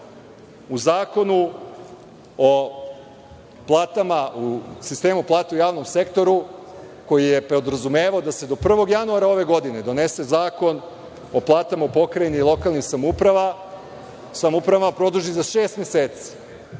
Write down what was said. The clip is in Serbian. u Zakonu o sistemu plata u javnom sektoru, koji je podrazumevao da se do 01. januara ove godine donese zakon o platama u pokrajini i lokalnim samoupravama, produži za šest meseci.